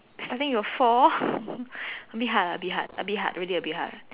starting to fall a bit hard lah a bit hard a bit hard really a bit hard